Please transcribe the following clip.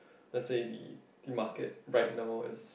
let's say the the market right now is